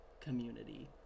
community